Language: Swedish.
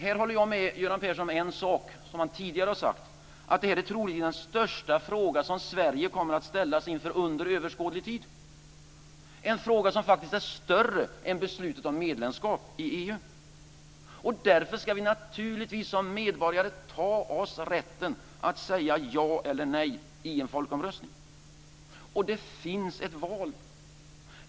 Här håller jag med Göran Persson om en sak som han tidigare har sagt, nämligen att detta är troligen den största frågan som Sverige kommer att ställas inför under överskådlig tid. Det är en fråga som är större än beslutet om medlemskap i EU. Därför ska vi naturligtvis som medborgare ta oss rätten att säga ja eller nej i en folkomröstning. Det finns ett val.